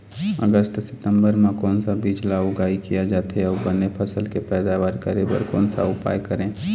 अगस्त सितंबर म कोन सा बीज ला उगाई किया जाथे, अऊ बने फसल के पैदावर करें बर कोन सा उपाय करें?